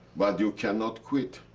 but you cannot quit.